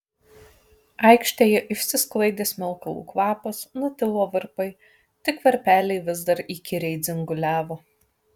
aikštėje išsisklaidė smilkalų kvapas nutilo varpai tik varpeliai vis dar įkyriai dzinguliavo